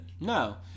No